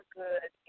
good